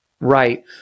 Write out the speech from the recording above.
right